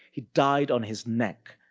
he died on his neck,